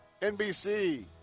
NBC